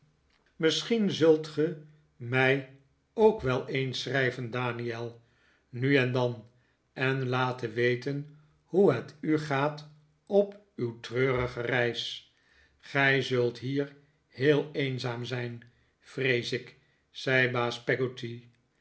misschien zult ge mij ook wel eens schrij ven daniel nu en dan en laten we ten hoe het u gaat op uw treurige reis gij zult hier heel eenzaam zijn vrees ik zei baas